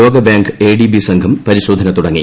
ലോകബാങ്ക് എഡിബി ്രസ്യംഘ്ം പരിശോധന തുടങ്ങി